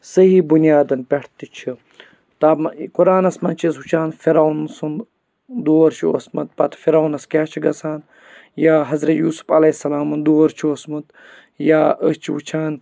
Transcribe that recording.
صحیح بُنیادَن پٮ۪ٹھ تہِ چھِ تامَ قُرانَس منٛز چھِ أسۍ وٕچھان فِرعون سُنٛد دور چھُ اوسمُت پَتہٕ فِرعونَس کیاہ چھُ گَژھان یا حضرت یوٗسُف علیہ سلامُن دور چھُ اوسمُت یا أسۍ چھِ وٕچھان